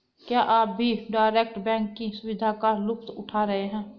क्या आप भी डायरेक्ट बैंक की सुविधा का लुफ्त उठा रहे हैं?